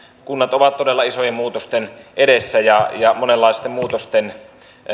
kunnat ovat todella isojen muutosten edessä ja ja monenlaisten muutosten